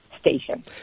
Station